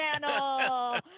channel